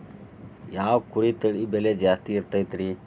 ಯಾವ ಕುರಿ ತಳಿ ಬೆಲೆ ಜಾಸ್ತಿ ಇರತೈತ್ರಿ?